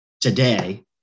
today